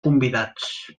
convidats